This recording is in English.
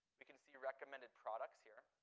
we can see recommended products here.